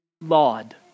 laud